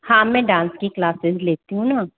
हाँ मैं डांस की क्लासेस लेती हूँ न